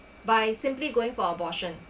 by simply going for abortion